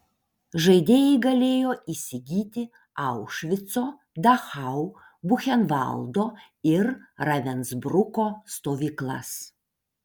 žaidėjai galėjo įsigyti aušvico dachau buchenvaldo ir ravensbruko stovyklas